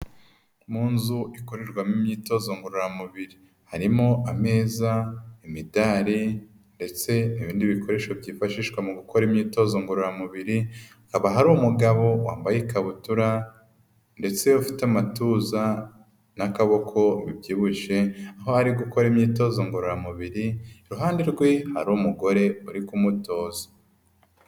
Mu nzu ikorerwamo imyitozo ngororamubiri, harimo ameza imidari ndetse n'ibindi bikoresho byifashishwa mu gukora imyitozo ngororamubiri, haba hari umugabo wambaye ikabutura ndetse ufite amatuza n'akaboko ubyibushye, aho ari gukora imyitozo ngororamubiri, iruhande rwe hari umugore uri kumutoza.